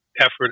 effort